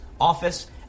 Office